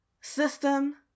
System